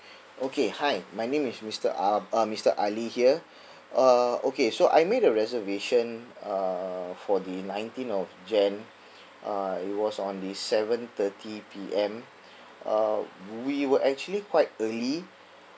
okay hi my name is mister ~ uh mister ali here uh okay so I made a reservation uh for the nineteen of jan uh it was on the seven thirty P_M uh we were actually quite early